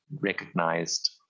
recognized